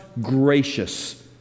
gracious